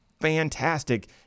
Fantastic